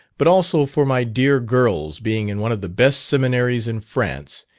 but also for my dear girls being in one of the best seminaries in france,